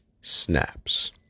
snaps